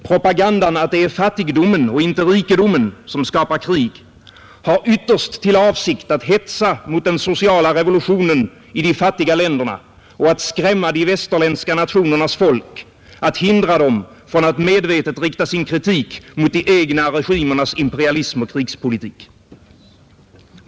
Propagandan att det är fattigdomen och inte rikedomen som skapar krig har ytterst till avsikt att hetsa mot den sociala revolutionen i de fattiga länderna och att skrämma de västerländska nationernas folk, att hindra dem från att medvetet rikta sin kritik mot de egna regimernas imperialism och krigspolitik.